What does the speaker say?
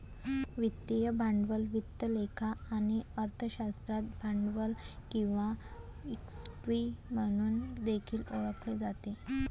वित्तीय भांडवल वित्त लेखा आणि अर्थशास्त्रात भांडवल किंवा इक्विटी म्हणून देखील ओळखले जाते